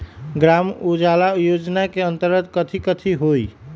ग्राम उजाला योजना के अंतर्गत कथी कथी होई?